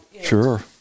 Sure